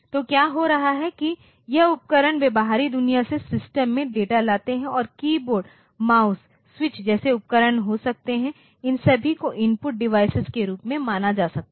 तो क्या हो रहा है कि यह उपकरण वे बाहरी दुनिया से सिस्टम में डेटा लाते हैं और कीबोर्ड माउसस्विच जैसे उपकरण हो सकते हैं इन सभी को इनपुट डिवाइस के रूप में माना जा सकता है